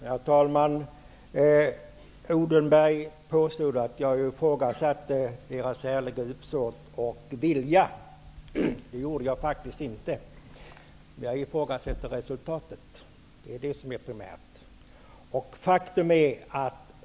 Herr talman! Mikael Odenberg påstod att jag ifrågasatte det ärliga uppsåtet och den ärliga viljan. Det gjorde jag faktiskt inte. Jag ifrågasätter resultatet. Det är det som är det primära.